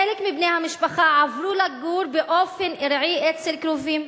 חלק מבני-המשפחה עברו לגור באופן ארעי אצל קרובים,